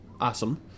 Awesome